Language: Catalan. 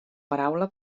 paraula